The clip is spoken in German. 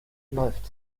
läuft